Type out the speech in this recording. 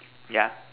yeah